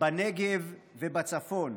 בנגב ובצפון.